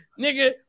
nigga